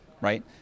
Right